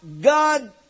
God